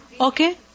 Okay